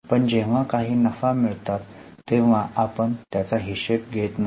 पण जेव्हा काही नफा मिळतात तेव्हा आपण त्याचा हिशेब घेत नाही